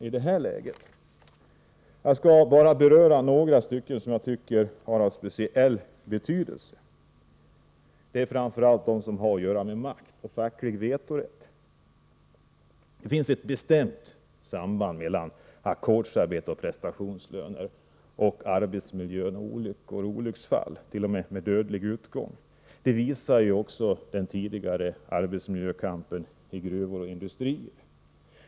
Jag skall nu bara beröra några reservationer som jag tycker har speciell betydelse, och det är framför allt de som har att göra med makt och facklig vetorätt. Det finns ett bestämt samband mellan ackordsarbete, prestationslöner och arbetsmiljö å ena sidan och olyckor och olycksfall t.o.m. med dödlig utgång å andra sidan. Detta visar också den tidigare arbetsmiljökampen i gruvor och industrier.